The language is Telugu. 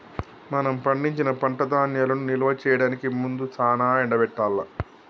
మనం పండించిన పంట ధాన్యాలను నిల్వ చేయడానికి ముందు సానా ఎండబెట్టాల్ల